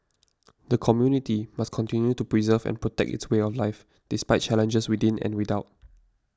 the community must continue to preserve and protect its way of life despite challenges within and without